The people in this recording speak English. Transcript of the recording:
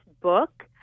book